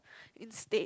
instead